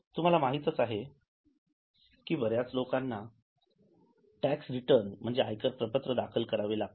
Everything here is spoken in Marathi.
तुम्हाला माहीतच आहे कि बऱ्याच लोकांना टॅक्स रिटर्न'म्हणजे आयकर प्रपत्र दाखल करावे लागते